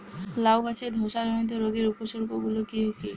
লাউ গাছের ধসা জনিত রোগের উপসর্গ গুলো কি কি?